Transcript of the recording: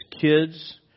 kids